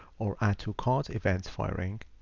or add to cart events firing,